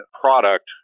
product